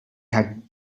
had